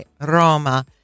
Roma